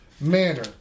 manner